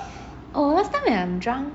oh last time when I'm drunk